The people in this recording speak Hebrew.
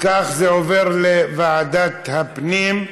אם כך, זה עובר לוועדת הפנים.